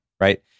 right